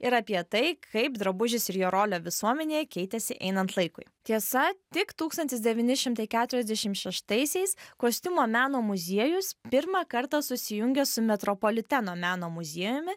ir apie tai kaip drabužis ir jo rolė visuomenėj keitėsi einant laikui tiesa tik tūkstantis devyni šimtai keturiasdešim šeštaisiais kostiumo meno muziejus pirmą kartą susijungė su metropoliteno meno muziejumi